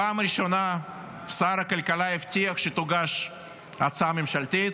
זה לא מעניין אותם בפעם הראשונה שר הכלכלה הבטיח שתוגש הצעה ממשלתית,